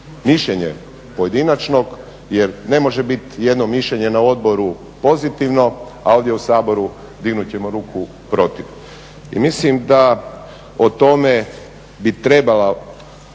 mišljenje pojedinačnog jer ne može biti jedno mišljenje na odboru pozitivno, a ovdje u Saboru dignut ćemo ruku protiv. I mislim da o tome bi trebalo